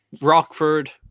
rockford